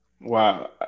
Wow